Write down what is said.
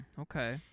okay